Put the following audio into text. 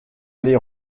les